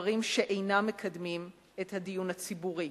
ולדברים שאינם מקדמים את הדיון הציבורי.